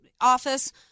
office